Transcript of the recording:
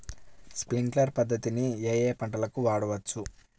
Sprinkler పద్ధతిని ఏ ఏ పంటలకు వాడవచ్చు?